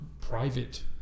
private